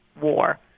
war